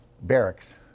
barracks